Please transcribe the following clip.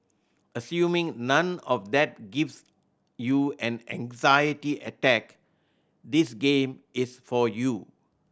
assuming none of that gives you an anxiety attack this game is for you